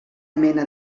mena